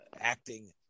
acting